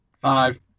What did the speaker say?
Five